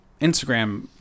Instagram